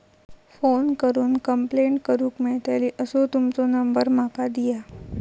Phone करून complaint करूक मेलतली असो तुमचो नंबर माका दिया?